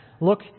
look